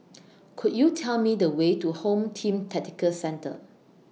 Could YOU Tell Me The Way to Home Team Tactical Centre